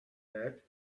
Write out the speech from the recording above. but